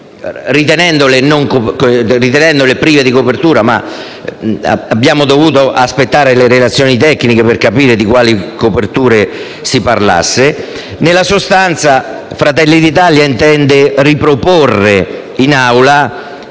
ritenendole prive di copertura e abbiamo dovuto aspettare le relazioni tecniche per capire di quali coperture si parlasse. Nella sostanza, Fratelli d'Italia intende riproporre in Aula